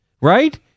right